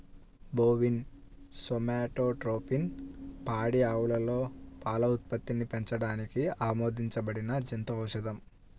bovine somatotropin పాడి ఆవులలో పాల ఉత్పత్తిని పెంచడానికి ఆమోదించబడిన జంతు ఔషధం